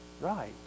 Right